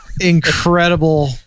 incredible